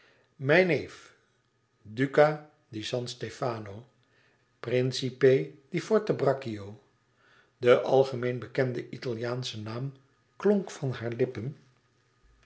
mijn neef duca di san stefano principe di forte braccio de algemeen bekende italiaansche naam klonk van hare lippen